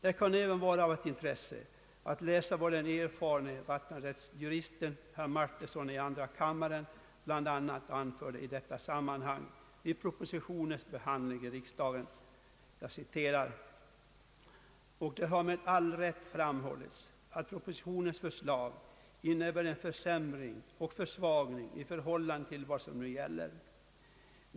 Det är även intressant att läsa vad den erfarne vattenrättsjuristen herr Martinsson i andra kammaren anförde i detta sammanhang vid propositionens behandling i riksdagen, nämligen att det »med all rätt framhållits att propositionens förslag innebär en försämring och försvagning i förhållande till vad som nu gäller.